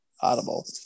Audible